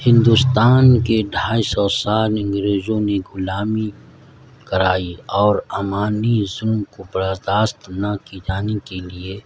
ہندوستان کے ڈھائی سو سال انگریزوں نے غلامی کرائی اور امانویے ظلم کو برداشت نہ کی جانے کے لیے